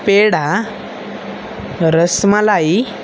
peda rasmalai